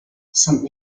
some